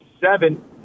seven